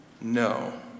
No